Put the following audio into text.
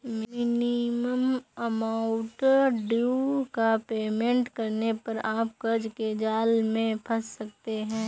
minimum amount due का payment करने पर आप कर्ज के जाल में फंस सकते हैं